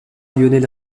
lionel